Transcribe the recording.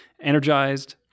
energized